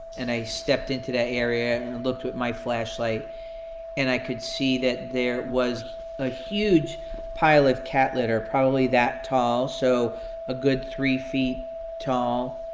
and i stepped into that area and looked with my flashlight and i could see that there was a huge pile of cat litter, probably that tall, so a good three feet tall.